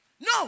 No